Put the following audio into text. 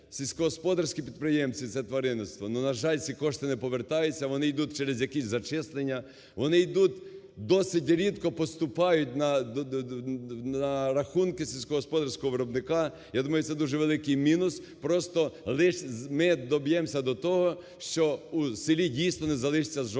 сільськогосподарські підприємці це тваринництво. Ну, на жаль, ці кошти не повертаються, вони йдуть через якісь зачислення, вони йдуть… досить рідко поступають на рахунки сільськогосподарського виробника. Я думаю, це дуже великий мінус. Просто ми доб'ємося до того, що в селі, дійсно, не залишиться жодної